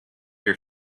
your